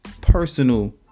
personal